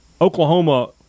Oklahoma